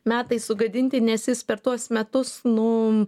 metai sugadinti nes jis per tuos metus nu